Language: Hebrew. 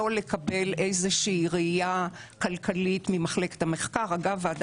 לא לקבל איזושהי ראייה כלכלית ממחלקת המחקר ואגב,